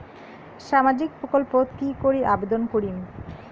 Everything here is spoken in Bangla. সামাজিক প্রকল্পত কি করি আবেদন করিম?